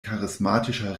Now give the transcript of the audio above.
charismatischer